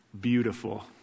beautiful